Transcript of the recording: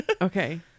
Okay